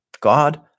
God